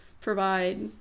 provide